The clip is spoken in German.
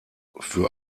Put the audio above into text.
für